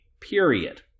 period